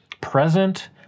present